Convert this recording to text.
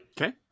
Okay